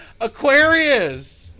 Aquarius